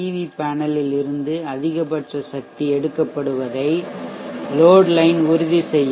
we பேனலில் இருந்து அதிகபட்ச சக்தி எடுக்கப்படுவதை லோட் லைன் உறுதி செய்யும்